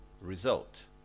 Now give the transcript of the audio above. result